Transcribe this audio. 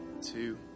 two